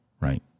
right